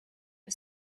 for